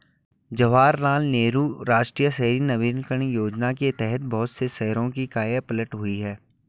जवाहरलाल नेहरू राष्ट्रीय शहरी नवीकरण योजना के तहत बहुत से शहरों की काया पलट हुई है